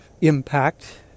impact